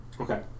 Okay